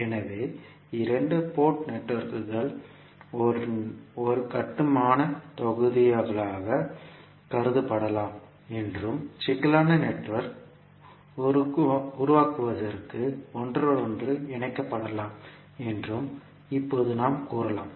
எனவே இரண்டு போர்ட் நெட்வொர்க்குகள் ஒரு கட்டுமானத் தொகுதிகளாகக் கருதப்படலாம் என்றும் சிக்கலான நெட்வொர்க்கை உருவாக்குவதற்கு ஒன்றோடொன்று இணைக்கப்படலாம் என்றும் இப்போது நாம் கூறலாம்